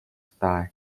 style